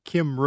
Kim